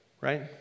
right